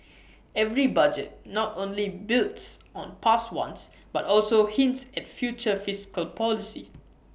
every budget not only builds on past ones but also hints at future fiscal policy